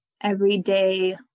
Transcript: everyday